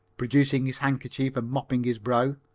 producing his handkerchief and mopping his brow.